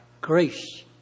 grace